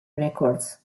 records